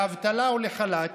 לאבטלה או לחל"ת,